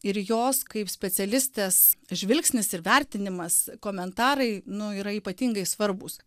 ir jos kaip specialistės žvilgsnis ir vertinimas komentarai nu yra ypatingai svarbūs